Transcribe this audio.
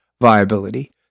viability